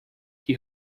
que